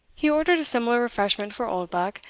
he ordered a similar refreshment for oldbuck,